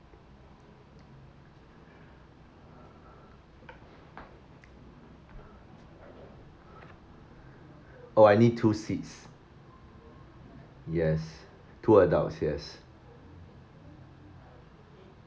oh I need two seats yes two adults yes